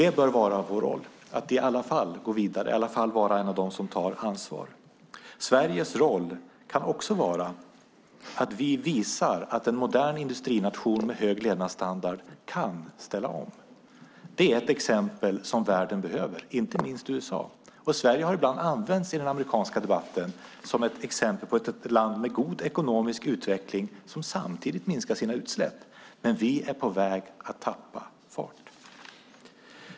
Det bör vara vår roll att i alla fall gå vidare och vara en av dem som tar ansvar. Sveriges roll kan också vara att visa att en modern industrination med hög levnadsstandard kan ställa om. Det är ett exempel som världen behöver, inte minst USA. Sverige har ibland använts i den amerikanska debatten som ett exempel på ett land med god ekonomisk utveckling som samtidigt minskar sina utsläpp - men vi är på väg att tappa fart.